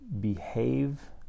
behave